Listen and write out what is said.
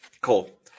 cool